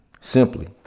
Simply